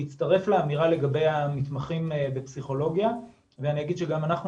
אני אצטרף לאמירה לגבי המתמחים בפסיכולוגיה ואגיד שגם אנחנו